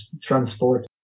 transport